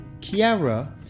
Kiara